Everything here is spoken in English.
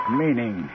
meaning